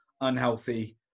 unhealthy